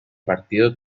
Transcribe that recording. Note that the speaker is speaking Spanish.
partido